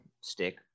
stick